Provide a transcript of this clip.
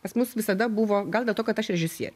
pas mus visada buvo gal dėl to kad aš režisierė